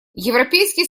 европейский